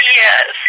yes